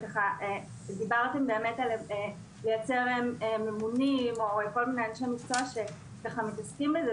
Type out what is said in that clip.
דיברתם על ממונים או אנשי מקצוע שמתעסקים בזה,